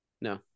No